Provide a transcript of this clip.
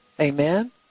Amen